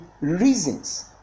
reasons